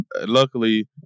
Luckily